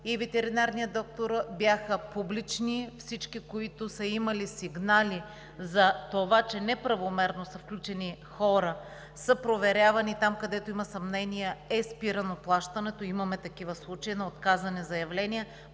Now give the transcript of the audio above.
и ветеринарните доктори, бяха публични и всички, които са имали сигнали за това, че неправомерно са включени хора, са проверявани, там, където има съмнения, е спирано плащането. Имаме такива случаи на отказани заявления,